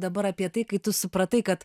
dabar apie tai kai tu supratai kad